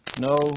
No